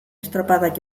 estropadak